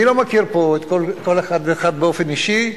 אני לא מכיר פה כל אחד ואחד באופן אישי,